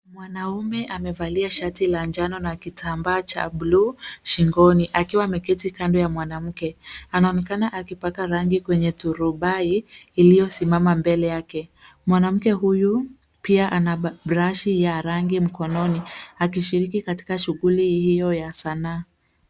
Mwanaume amevalia shati la njano na kitambaa cha buluu shingoni akiwa ameketi kando ya mwanamke . Anaonekana akipaka rangi kwenye turubai iliyosimama mbele yake. Mwanamke huyu pia ana brashi ya rangi mkononi akishiriki katika shughuli hiyo ya sanaa.